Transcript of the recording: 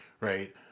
right